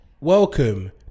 Welcome